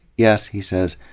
yes, he says,